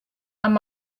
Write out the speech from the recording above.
amb